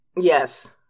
Yes